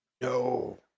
No